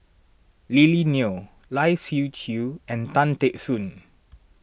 Lily Neo Lai Siu Chiu and Tan Teck Soon